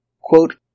quote